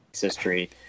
history